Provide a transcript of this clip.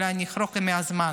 ואולי אני אחרוג מהזמן.